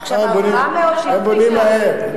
הם בונים מהר.